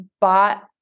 bought